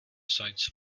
sites